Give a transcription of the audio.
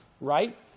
right